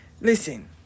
Listen